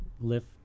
lift